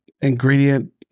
ingredient